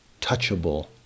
touchable